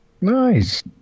nice